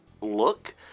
look